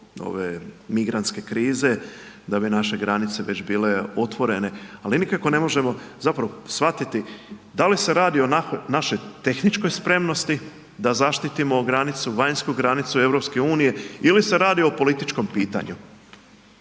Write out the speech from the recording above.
ove migrantske krize, a bi naše granice već bile otvorene, ali nikako ne možemo, zapravo shvatiti, da li se radi o našoj tehničkoj spremnosti da zaštitimo granicu, vanjsku granicu EU ili se radi o političkom pitanju.